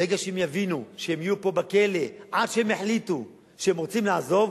ברגע שהם יבינו שהם יהיו פה בכלא עד שהם יחליטו שהם רוצים לעזוב,